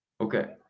Okay